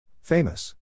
Famous